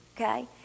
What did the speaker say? okay